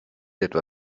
etwa